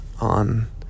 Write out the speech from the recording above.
on